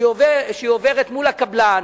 שהיא עוברת מול הקבלן,